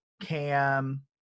Cam